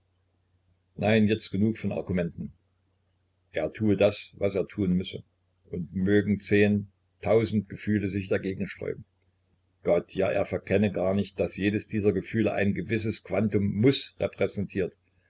nein jetzt genug von argumenten er tue das was er tun müsse und mögen zehn tausend gefühle sich dagegen sträuben gott ja er verkenne gar nicht daß jedes dieser gefühle ein gewisses quantum muß repräsentiert